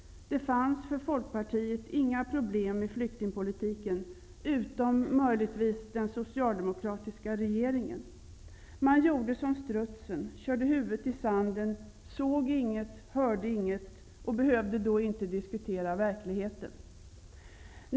Det fanns för Folkpartiet över huvud taget inga problem i flyktingpolitiken, annat än möjligtvis den socialdemokratiska regeringen. Man gjorde som strutsen. Man körde helt enkelt huvudet i sanden, såg inget, hörde inget och på det viset behövde man inte diskutera verkligheten.